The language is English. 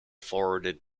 forwarded